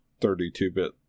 32-bit